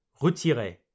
retirer